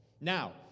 now